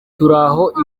turaho